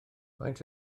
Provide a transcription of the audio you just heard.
faint